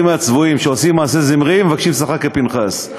מהצבועים שעושים מעשה זמרי ומבקשים שכר כפנחס.